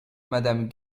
madame